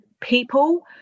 people